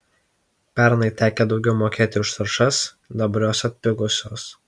pernai tekę daugiau mokėti už trąšas dabar jos atpigusios